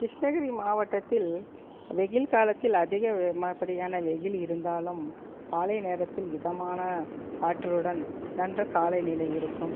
கிருஷ்ணகிரி மாவட்டத்தில் வெயில் காலத்தில் அதிக ம படியான வெயில் இருந்தாலும் காலை நேரத்தில் மிதமான காற்றுடன் நன்று காலை நிலை இருக்கும்